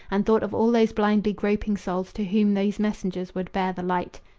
and thought of all those blindly groping souls to whom these messengers would bear the light.